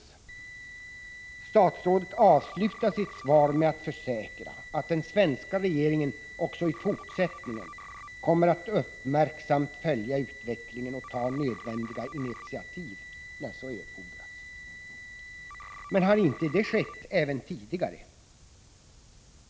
Statsrådet avslutar sitt svar med att försäkra att den svenska regeringen också i fortsättningen kommer att uppmärksamt följa utvecklingen och ta nödvändiga initiativ när så erfordras. Men har inte det skett även tidigare?